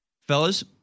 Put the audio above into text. fellas